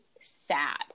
sad